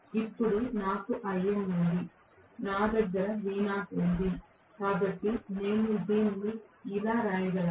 ఇప్పుడు నాకు Im ఉంది నా దగ్గర V0 ఉంది కాబట్టి నేను దీనిని ఇలా వ్రాయగలను